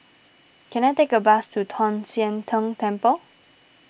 can I take a bus to Tong Sian Tng Temple